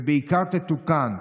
ובעיקר תתוקן,